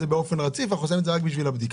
המצלמות באופן רציף אלא רק בשביל הבדיקה.